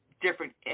different